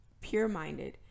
pure-minded